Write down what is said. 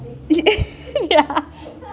ya